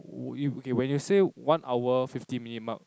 okay when you say one hour fifty minute mark